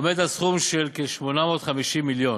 עומד על סכום של כ-850 מיליון.